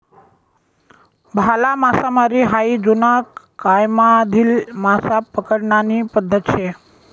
भाला मासामारी हायी जुना कायमाधली मासा पकडानी पद्धत शे